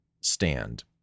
stand